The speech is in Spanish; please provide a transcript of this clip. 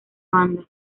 banda